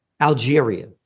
Algeria